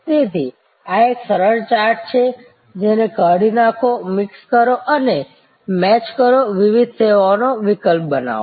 તેથી આ એક સરળ ચાર્ટ છે કાઢી નાખો મિક્સ કરો અને મેચ કરો વિવિધ સેવા વિકલ્પો બનાવો